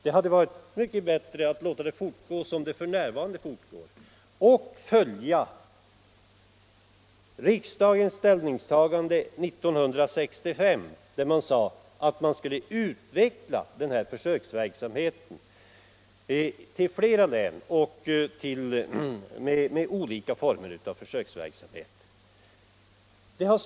Det hade varit mycket bättre att låta utvecklingen fortsätta på samma sätt som f.n. och följa riksdagens ställningstagande 1965, då riksdagens beslut innebar att man skulle utveckla försöksverksamheten i olika former och till flera län.